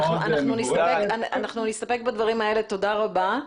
אנחנו נסתפק בדברים האלה, תודה רבה.